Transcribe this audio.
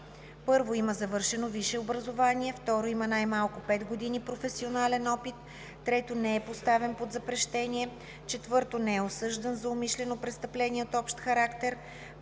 1. има завършено висше образование; 2. има най-малко 5 години професионален опит; 3. не е поставен под запрещение; 4. не е осъждан за умишлено престъпление от общ характер;